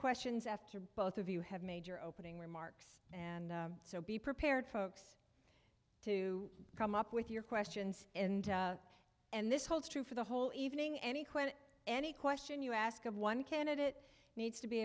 questions after both of you have made your opening remarks and so be prepared folks to come up with your questions and and this holds true for the whole evening any when any question you ask of one candidate needs to be